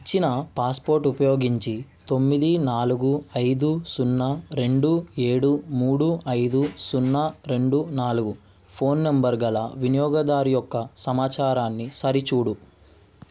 ఇచ్చిన పాస్పోర్ట్ ఉపయోగించి తొమ్మిది నాలుగు ఐదు సున్నా రెండు ఏడు మూడు ఐదు సున్నా రెండు నాలుగు ఫోన్ నంబరు గల వినియోగదారు యొక్క సమాచారాన్ని సరిచూడు